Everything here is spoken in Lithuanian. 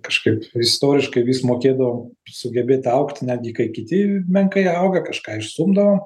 kažkaip istoriškai vis mokėdavom sugebėt augt netgi kai kiti menkai auga kažką išstumdavom